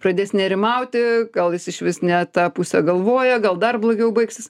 pradės nerimauti gal jis išvis ne tą puse galvoja gal dar blogiau baigsis